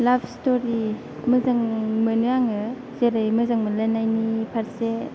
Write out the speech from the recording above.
लाभ स्थ'रि मोजां मोनो आङो जेरै मोजां मोनलायनायनि फारसे